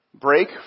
break